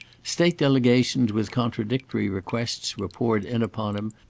state delegations with contradictory requests were poured in upon him,